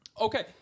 Okay